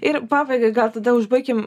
ir pabaigai gal tada užbaikim